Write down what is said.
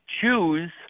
choose